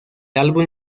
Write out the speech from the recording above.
álbum